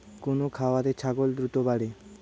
কোন খাওয়ারে ছাগল দ্রুত বাড়ে?